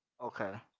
Okay